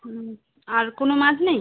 হুম আর কোনও মাছ নেই